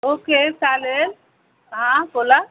okay चालेल हां बोला